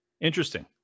interesting